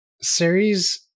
series